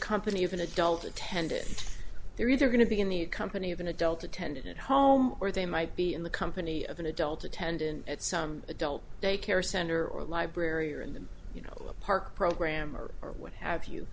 company of an adult attended they're either going to be in the company of an adult attended at home or they might be in the company of an adult attendant at some adult daycare center or a library or in the you know a park program or what have you